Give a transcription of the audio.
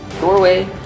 doorway